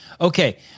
Okay